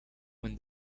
when